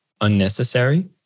unnecessary